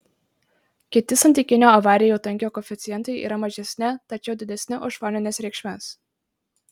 kiti santykinio avarijų tankio koeficientai yra mažesni tačiau didesni už fonines reikšmes